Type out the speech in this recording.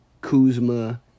Kuzma